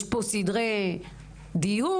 יש פה סדרי דיון.